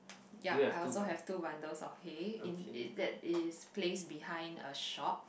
ya I also have two bundle of hay in it that is placed behind a shop